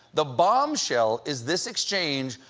the bombshell is this exchange,